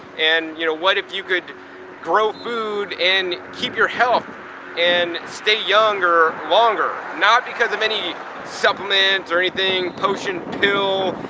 and, you know, what if you could grow food and keep your health and stay younger longer. not because of any supplements or anything, potion pill,